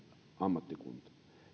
ammattikunta